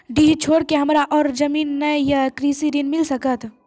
डीह छोर के हमरा और जमीन ने ये कृषि ऋण मिल सकत?